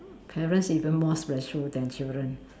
parents even more stressful than children